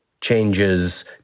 changes